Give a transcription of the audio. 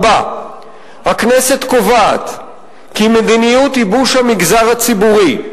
4. הכנסת קובעת כי מדיניות ייבוש המגזר הציבורי,